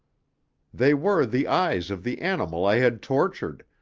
they were the eyes of the animal i had tortured,